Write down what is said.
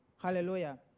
Hallelujah